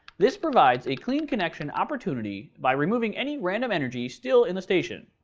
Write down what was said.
this provides a clean connection opportunity by removing any random energy still in the station.